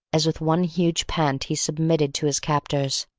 as with one huge pant he submitted to his captors.